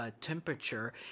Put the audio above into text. temperature